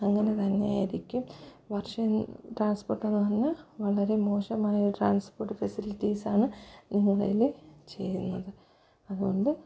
അങ്ങനെ തന്നെ ആയിരിക്കും വർഷ ട്രാൻസ്പ്പോട്ട് എന്നു പറഞ്ഞാൽ വളരെ മോശമായ ട്രാൻസ്പ്പോട്ട് ഫെസിലിറ്റീസാണ് നിങ്ങളേൽ ചെയ്യുന്നത് അതുകൊണ്ട്